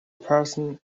person